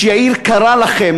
כשיאיר קרא לכם,